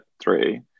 three